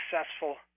successful